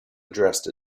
addressed